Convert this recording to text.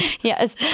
yes